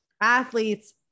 athletes